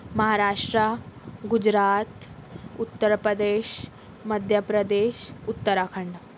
Maharashtra Gujarat Uttar Pradesh Madhya Pradesh Uttarakhand